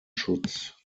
schutz